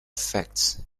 effects